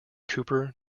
cooper